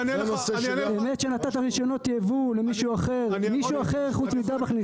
אמת שנתת רישיונות יבוא למישהו אחר חוץ מדבאח?